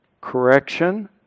Correction